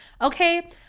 okay